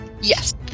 yes